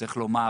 וצריך לומר